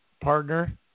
partner